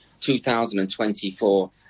2024